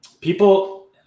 people